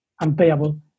unpayable